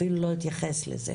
אני אפילו לא אתייחס לזה,